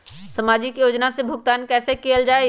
सामाजिक योजना से भुगतान कैसे कयल जाई?